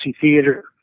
theater